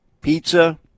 pizza